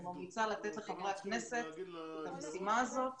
אני ממליצה לתת לחברי הכנסת את המשימה הזאת,